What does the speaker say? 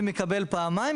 ומקבל פעמיים,